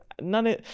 None